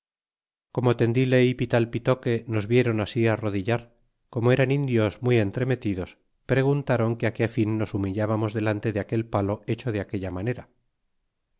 como tendile y pitalpitoque nos viéron así arrodillar como eran indios muy entremetidos preguntáron que qué fin nos humillábamos delante de aquel palo hecho de aquella manera